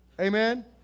Amen